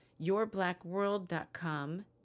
yourblackworld.com